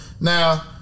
Now